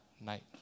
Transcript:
night